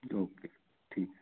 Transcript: okay ठीक है